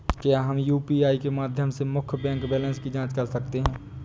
क्या हम यू.पी.आई के माध्यम से मुख्य बैंक बैलेंस की जाँच कर सकते हैं?